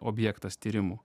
objektas tyrimų